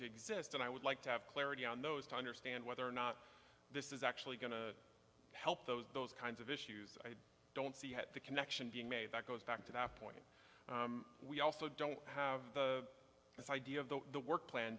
to exist and i would like to have clarity on those to understand whether or not this is actually going to help those those kinds of issues i don't see yet the connection being made that goes back to that point we also don't have this idea of the work plan